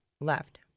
Left